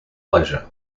pleasure